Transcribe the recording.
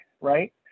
right